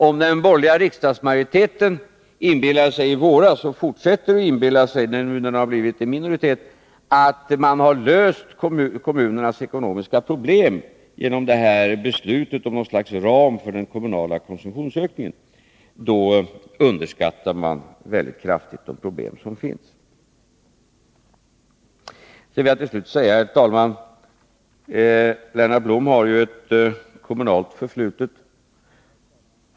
Om den borgerliga riksdagsmajoriteten i våras inbillade sig, och nu när den har blivit en minoritet fortsätter att inbilla sig, att man har löst kommunernas ekonomiska problem genom beslutet om något slags ram för den kommunala konsumtionsökningen, underskattar den därför väldigt kraftigt de problem som finns. Sedan vill jag till slut säga, herr talman, att Lennart Blom ju har ett kommunalt förflutet.